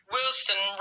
Wilson